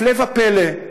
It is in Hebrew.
הפלא ופלא,